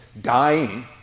dying